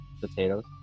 potatoes